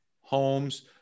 homes